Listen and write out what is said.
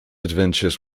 adventures